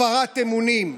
הפרת אמונים,